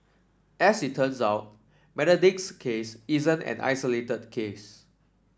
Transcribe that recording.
as it turns out Benedict's case isn't an isolated case